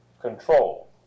control